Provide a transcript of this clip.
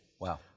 Wow